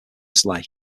sleigh